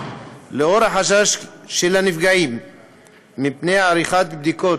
לנוכח החשש של הנפגעים מפני עריכת בדיקות